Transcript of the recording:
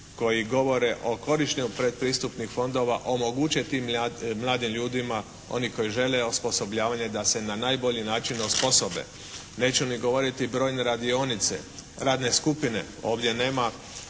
koji govore o korištenju predpristupnih fondova omoguće tim mladim ljudima oni koji žele osposobljavanje da se na najbolji način osposobe. Neću ni govoriti brojne radionice, radne skupine. Ovdje nema